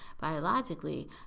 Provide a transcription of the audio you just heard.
biologically